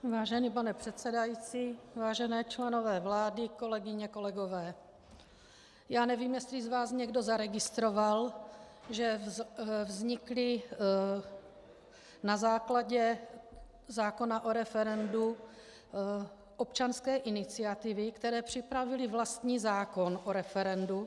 Vážený pane předsedající, vážené členové vlády, kolegyně, kolegové, nevím, jestli někdo z vás zaregistroval, že vznikly na základě zákona o referendu občanské iniciativy, které připravily vlastní zákon o referendu.